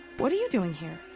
what are you doing here?